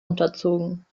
unterzogen